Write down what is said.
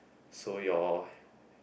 so your